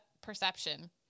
perception